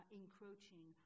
encroaching